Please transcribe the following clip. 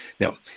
Now